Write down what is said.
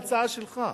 אני קורא מההצעה שלך.